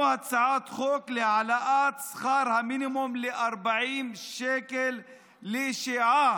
הצעת חוק להעלאת שכר המינימום ל-40 שקל לשעה.